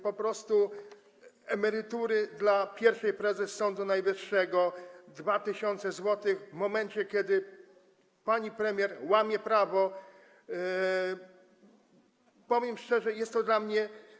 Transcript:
Po prostu emerytura dla pierwszej prezes Sądu Najwyższego, 2000 zł w momencie, kiedy pani premier łamie prawo, powiem szczerze, jest to dla mnie.